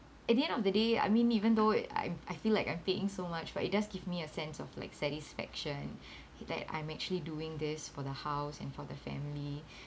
at the end of the day I mean even though I I feel like I'm paying so much but it does give me a sense of like satisfaction like I'm actually doing this for the house and for the family